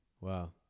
Wow